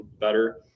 better